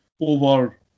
over